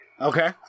Okay